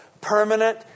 permanent